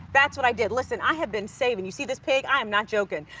that's what i did. listen, i have been saving. you see this pig. i am not joking.